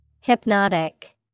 Hypnotic